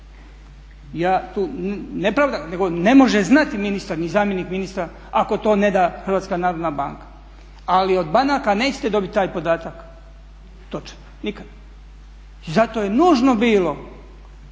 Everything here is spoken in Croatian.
Ja tu ne pravdam, nego ne može znati ministar ni zamjenik ministra ako to ne da HNB. Ali od banaka nećete dobiti taj podatak točan nikada i zato je nužno bilo